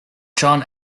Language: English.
john